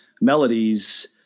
melodies